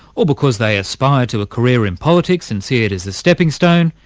or because they aspire to a career in politics and see it as a stepping stone,